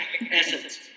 essence